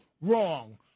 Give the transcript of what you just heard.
wrong